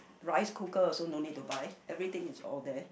rice cooker also no need to buy everything is all there